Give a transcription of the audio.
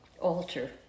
alter